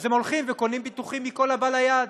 אז הם הולכים וקונים ביטוחים מכל הבא ליד.